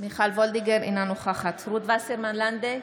אינה נוכחת רות וסרמן לנדה,